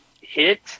hit